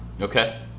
Okay